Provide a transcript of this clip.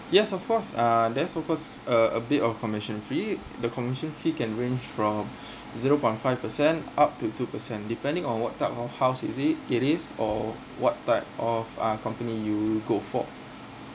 yes of course uh there's of course uh a bit of commission fee the commission fee can range from zero point five percent up to two percent depending on what type of house is it it is or what type of uh company you will go for